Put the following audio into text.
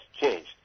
changed